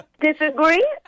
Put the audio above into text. Disagree